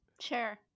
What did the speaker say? sure